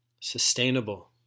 sustainable